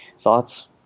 Thoughts